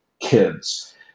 kids